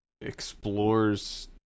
explores